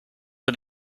for